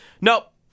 Nope